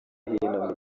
hino